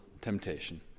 temptation